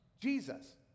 Jesus